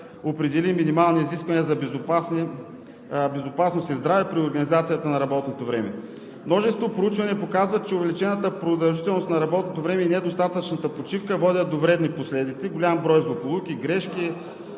определи минимални изисквания за безопасност и здраве при организацията на работното време. Множество проучвания показват, че увеличената продължителност на работното време и недостатъчната почивка водят до вредни последици – голям брой злополуки, грешки,